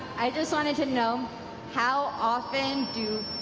i just wanted to know how often do